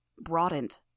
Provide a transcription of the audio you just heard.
broadened